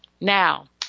Now